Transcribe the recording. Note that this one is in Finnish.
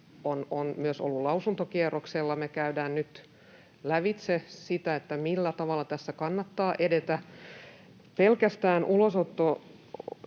on myös ollut lausuntokierroksella. Me käydään nyt lävitse sitä, millä tavalla tässä kannattaa edetä. Pelkästään ulosoton